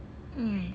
mm